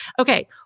Okay